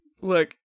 Look